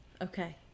Okay